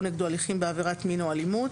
נגדו הליכים בעבירת מין או אלימות,